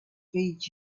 feeds